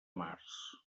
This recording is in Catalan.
març